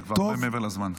אתה כבר הרבה מעבר לזמן.